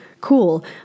Cool